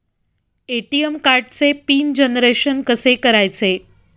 ATM कार्डचे pin generation कसे करायचे?